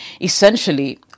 Essentially